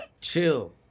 Chill